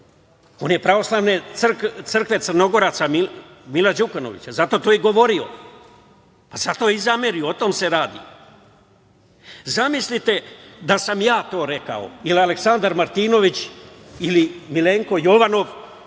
on je pravoslavne crkve Crnogoraca Mila Đukanovića. Zato je to i govorio. Zato je i zamerio. O tome se radi. Zamislite da sam ja to rekao ili Aleksandar Martinović ili Milenko Jovanov